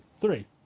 three